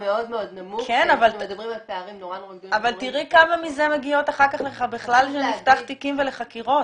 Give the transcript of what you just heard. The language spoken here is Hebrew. אבל תראי כמה מזה מגיעות אחר כך לפתיחת תיקים וחקירות.